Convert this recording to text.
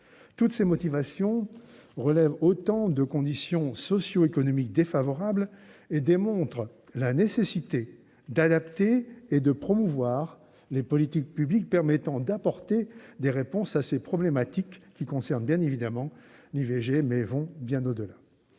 Toutes ces motivations relèvent de conditions socioéconomiques défavorables et démontrent la nécessité d'adapter et de promouvoir des politiques publiques susceptibles d'apporter des réponses à ces problèmes, qui concernent évidemment l'IVG mais vont bien au-delà